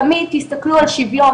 תמיד תסתכלו על שיוויון,